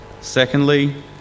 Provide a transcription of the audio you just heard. Secondly